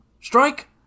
Strike